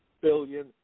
billion